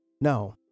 no